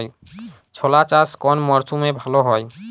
ছোলা চাষ কোন মরশুমে ভালো হয়?